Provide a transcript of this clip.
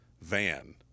van